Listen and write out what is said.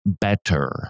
better